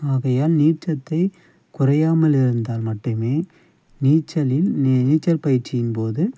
ஆகையால் நீர்ச்சத்து குறையாமல் இருந்தால் மட்டுமே நீச்சலில் நீ நீச்சல் பயிற்சியின் போது